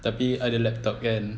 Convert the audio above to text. tapi ada laptop kan